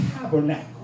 tabernacle